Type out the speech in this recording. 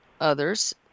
others